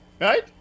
right